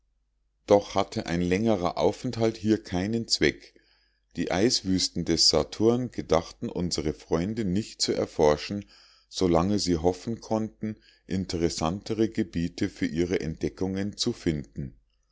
doch hatte ein längerer aufenthalt hier keinen zweck die eiswüsten des saturns gedachten unsere freunde nicht zu erforschen so lange sie hoffen konnten interessantere gebiete für ihre entdeckungen zu finden